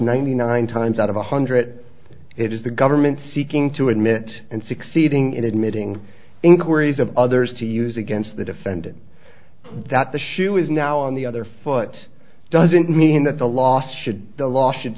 ninety nine times out of a hundred it is the government seeking to admit and succeeding in admitting inquiries of others to use against the defendant that the shoe is now on the other foot doesn't mean that the last should the law should